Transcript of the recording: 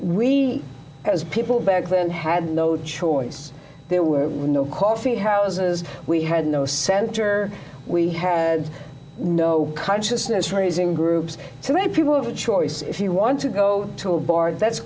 we as people back then had no choice there were no coffee houses we had no center we had no consciousness raising groups so many people have a choice if you want to go to a bar that's